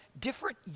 different